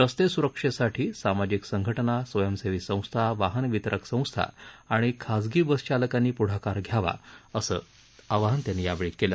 रस्ते सुरक्षेसाठी सामाजिक संघटना स्वयंसेवी संस्था वाहन वितरक संस्था आणि खासगी बस चालकांनी पुढाकार घ्यावा असं आवाहन त्यांनी यावेळी सांगितलं